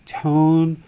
tone